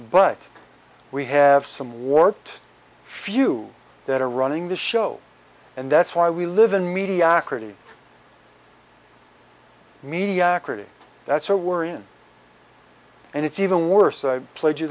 but we have some warped few that are running the show and that's why we live in mediocrity mediocrity that's how we're in and it's even worse i pledge you